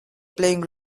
playing